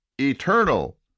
eternal